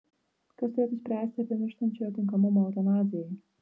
kas turėtų spręsti apie mirštančiojo tinkamumą eutanazijai